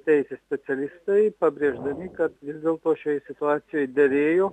teisės specialistai pabrėždami kad vis dėlto šioj situacijoj derėjo